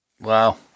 Wow